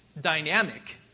dynamic